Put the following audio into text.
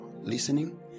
listening